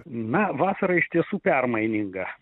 na vasara iš tiesų permaininga